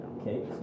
Okay